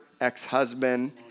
ex-husband